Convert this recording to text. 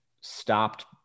stopped